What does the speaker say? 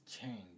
change